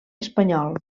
espanyol